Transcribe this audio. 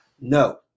No